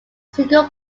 single